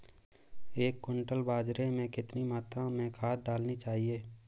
एक क्विंटल बाजरे में कितनी मात्रा में खाद डालनी चाहिए?